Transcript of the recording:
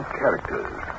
characters